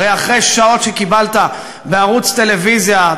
הרי אחרי שעות שקיבלת בערוץ טלוויזיה,